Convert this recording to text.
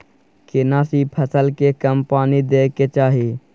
केना सी फसल के कम पानी दैय के चाही?